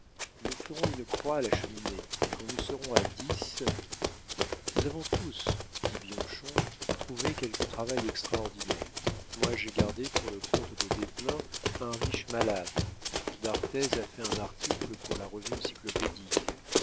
nous ferons une croix à la cheminée et quand nous serons à dix nous avons tous dit bianchon trouvé quelque travail extraordinaire moi j'ai gardé pour le compte de desplein un riche malade d'arthez a fait un article pour la revue encyclopédique